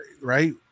right